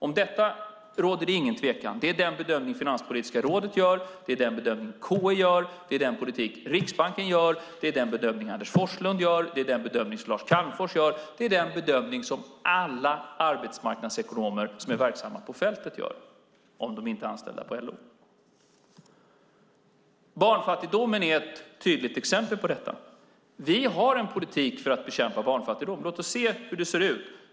Om detta råder det ingen tvekan. Det är den bedömning Finanspolitiska rådet gör, det är den bedömning KI gör, det är den bedömning Riksbanken gör, det är den bedömning Anders Forslund gör, och det är den bedömning Lars Calmfors gör. Det är den bedömning alla arbetsmarknadsekonomer som är verksamma på fältet gör - om de inte är anställda på LO. Barnfattigdomen är ett tydligt exempel på detta. Vi har en politik för att bekämpa barnfattigdom. Låt oss se hur det ser ut.